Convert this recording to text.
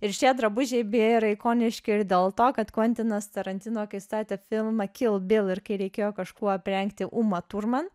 ir šie drabužiai beje yra ikoniški ir dėl to kad kventinas tarantino kai statė filmą kil bil ir kai reikėjo kažkuo aprengti umą turman